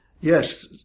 yes